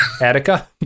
attica